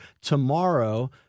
tomorrow